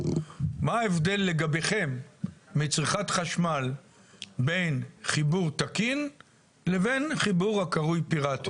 מה ההבדל לגביכם מצריכת חשמל בין חיבור תקין לבין חיבור הקרוי פיראטי?